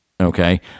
okay